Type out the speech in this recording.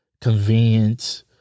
Convenience